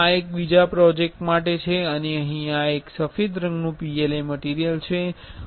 આ એક બીજા પ્રોજેક્ટ માટે છે અને અહીં આ એક સફેદ રંગનુ PLA મટીરિયલ છે